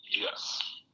Yes